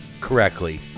correctly